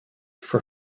for